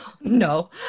No